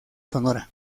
sonora